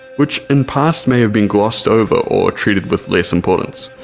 which in past may have been glossed over or treated with less importance.